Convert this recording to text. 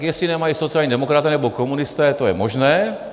Jestli ji nemají sociální demokraté nebo komunisté, to je možné.